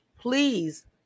please